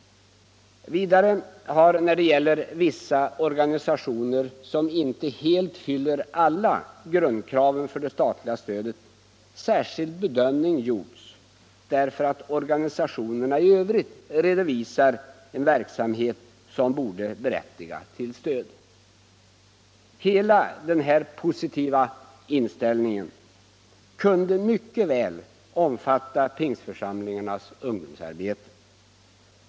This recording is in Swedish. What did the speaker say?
Vidare har, när det gäller vissa organisationer som inte helt fyller alla grundkraven för det statliga stödet, särskild bedömning gjorts därför att organisationerna i övrigt redovisar en verksamhet som borde berättiga till stöd. Hela den här positiva inställningen kunde mycket väl omfatta Pingstförsamlingarnas ungdomsarbete.